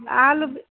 ಹಾಲು ಬೆ